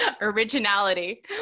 Originality